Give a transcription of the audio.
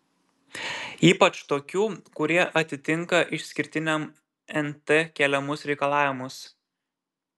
ypač tokių kurie atitinka išskirtiniam nt keliamus reikalavimus